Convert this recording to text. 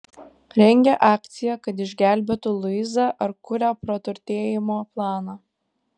rengia akciją kad išgelbėtų luizą ar kuria praturtėjimo planą